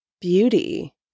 beauty